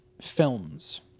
films